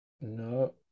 No